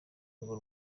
rwo